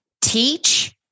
teach